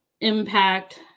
impact